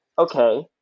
Okay